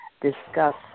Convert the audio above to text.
discuss